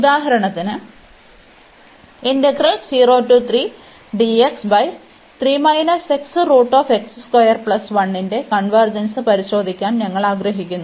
ഉദാഹരണത്തിന് ഇന്റഗ്രൽ ന്റെ കൺവെർജെൻസ് പരിശോധിക്കാൻ ഞങ്ങൾ ആഗ്രഹിക്കുന്നു